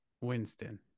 Winston